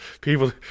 people